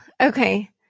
okay